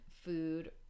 food